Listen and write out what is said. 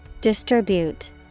Distribute